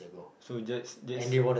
so just just